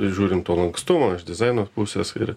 žiūrinm to lankstumo iš dizaino pusės ir